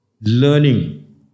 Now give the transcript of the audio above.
learning